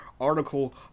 Article